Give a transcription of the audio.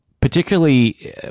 Particularly